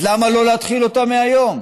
אז למה לא להתחיל אותה מהיום?